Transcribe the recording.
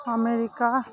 America